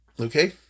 okay